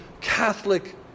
Catholic